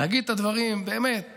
להגיד את הדברים באמת הנכונים,